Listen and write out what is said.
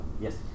Yes